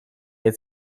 het